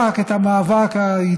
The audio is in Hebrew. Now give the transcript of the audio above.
אתה נאבק את המאבק האידיאולוגי.